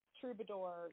troubadour